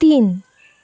तीन